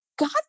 God